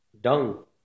dung